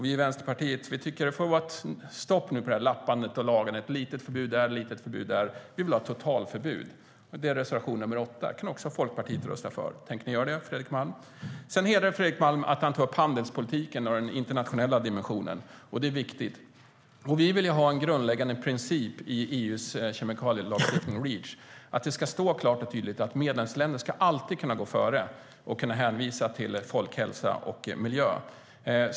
Vi i Vänsterpartiet tycker att det får vara stopp på lappandet och lagandet, ett litet förbud här och ett litet förbud där. Vi vill ha ett totalförbud. Det är reservation 8, och Folkpartiet kan rösta också för den. Tänker ni göra det, Fredrik Malm? Det hedrar Fredrik Malm att han tar upp handelspolitiken och den internationella dimensionen. Det är viktigt. Vi vill ha en grundläggande princip i EU:s kemikalielagstiftning Reach. Det ska klart och tydligt stå att medlemsländerna alltid ska kunna gå före och hänvisa till folkhälsa och miljö.